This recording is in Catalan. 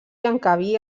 encabir